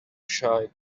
shy